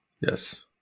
Yes